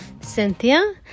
Cynthia